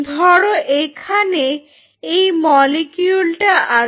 ধরো এখানে এই মলিকিউল টা আছে